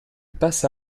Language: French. passe